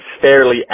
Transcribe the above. fairly